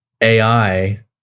AI